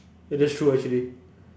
eh that's true actually